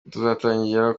tuzatangira